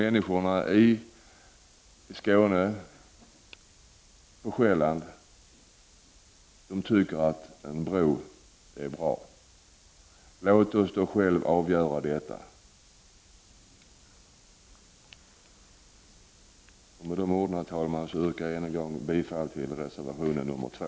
Människorna i Skåne och på Själland tycker att en bro är bra. Låt oss själva få avgöra denna fråga! Med de orden, herr talman, yrkar jag än en gång bifall till reservation 2.